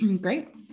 Great